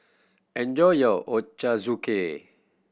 enjoy your Ochazuke